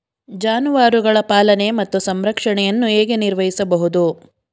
ಜಾನುವಾರುಗಳ ಪಾಲನೆ ಮತ್ತು ಸಂರಕ್ಷಣೆಯನ್ನು ಹೇಗೆ ನಿರ್ವಹಿಸಬಹುದು?